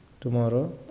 tomorrow